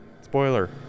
Spoiler